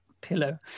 pillow